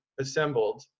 assembled